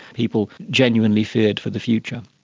people genuinely feared for the future.